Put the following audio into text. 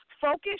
Focus